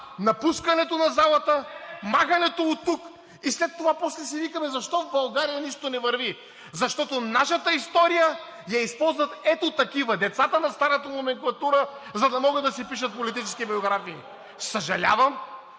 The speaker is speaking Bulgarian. напускането на залата, махането оттук! И после си викаме: защо в България нищо не върви? Защото нашата история я използват ето такива – децата на старата номенклатура, за да могат да си пишат политически биографии! Съжалявам,